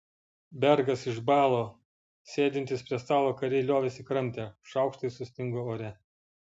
bergas išbalo sėdintys prie stalo kariai liovėsi kramtę šaukštai sustingo ore